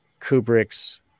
Kubrick's